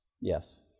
Yes